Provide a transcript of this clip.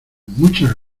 muchas